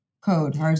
...code